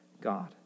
God